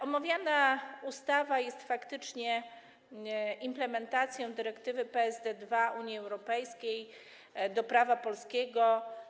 Omawiana ustawa jest faktycznie implementacją dyrektywy PSD2 Unii Europejskiej do prawa polskiego.